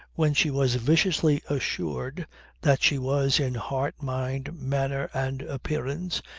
when she was viciously assured that she was in heart, mind, manner and appearance,